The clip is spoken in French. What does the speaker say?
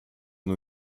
new